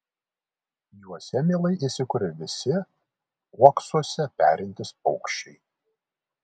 juose mielai įsikuria visi uoksuose perintys paukščiai